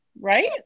right